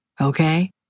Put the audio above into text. okay